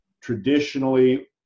traditionally